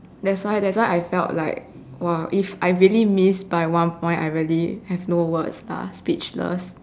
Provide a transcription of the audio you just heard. that's why that's why I felt like !wow! if I really missed like one point I really have no words lah speechless